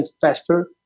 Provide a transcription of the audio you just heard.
faster